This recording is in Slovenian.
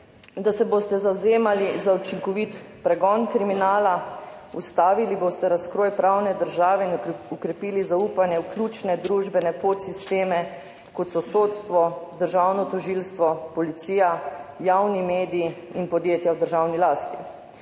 da se boste zavzemali za učinkovit pregon kriminala, ustavili boste razkroj pravne države in okrepili zaupanje v ključne družbene podsisteme, kot so sodstvo, državno tožilstvo, policija, javni mediji in podjetja v državni lasti.